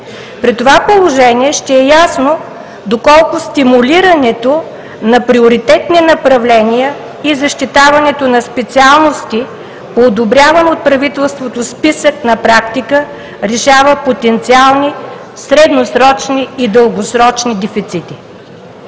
При това положение ще е ясно доколко стимулирането на приоритетни направления и защитаването на специалности по одобряван от правителството списък на практика решава потенциални, средносрочни и дългосрочни дефицити.